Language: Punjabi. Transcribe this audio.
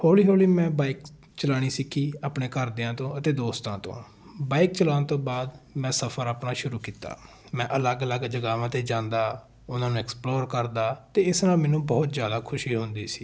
ਹੌਲੀ ਹੌਲੀ ਮੈਂ ਬਾਈਕ ਚਲਾਉਣੀ ਸਿੱਖੀ ਆਪਣੇ ਘਰਦਿਆਂ ਤੋਂ ਅਤੇ ਦੋਸਤਾਂ ਤੋਂ ਬਾਈਕ ਚਲਾਉਣ ਤੋਂ ਬਾਅਦ ਮੈਂ ਸਫ਼ਰ ਆਪਣਾ ਸ਼ੁਰੂ ਕੀਤਾ ਮੈਂ ਅਲੱਗ ਅਲੱਗ ਜਗਾਵਾਂ 'ਤੇ ਜਾਂਦਾ ਉਹਨਾਂ ਨੂੰ ਐਕਸਪਲੋਰ ਕਰਦਾ ਤਾਂ ਇਸ ਨਾਲ ਮੈਨੂੰ ਬਹੁਤ ਜ਼ਿਆਦਾ ਖੁਸ਼ੀ ਹੁੰਦੀ ਸੀ